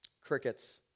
Crickets